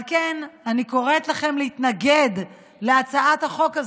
על כן אני קוראת לכם להתנגד להצעת החוק הזו.